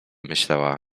myślała